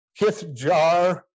Kithjar